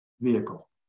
vehicle